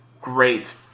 great